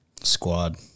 Squad